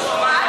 מושחת,